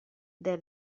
the